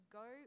go